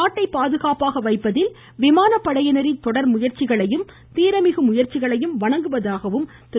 நாட்டை பாதுகாப்பாக வைப்பதில் விமானப்படையினரின் கொடர் நம் முயற்சிகளையும் தீரமிகு முயற்சிகளையும் வணங்குவதாகவும் திரு